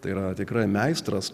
tai yra tikrai meistras